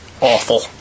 awful